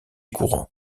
courants